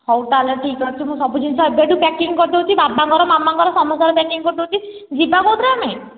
ହଉ ତା'ହେଲେ ଠିକ୍ ଅଛି ମୁଁ ସବୁ ଜିନିଷ ଏବେଠୁ ପ୍ୟାକିଂ କରିଦେଉଛି ବାବାଙ୍କର ମାମାଙ୍କର ସମସ୍ତଙ୍କର ପ୍ୟାକିଂ କରିଦେଉଛି ଯିବା କେଉଁଥିରେ ଆମେ